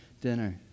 dinner